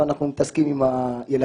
ואנחנו מתעסקים עם הילדים,